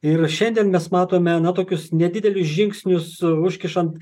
ir šiandien mes matome tokius nedidelius žingsnius užkišant